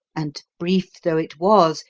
and, brief though it was,